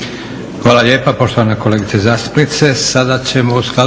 Hvala i vama poštovana kolegice zastupnice.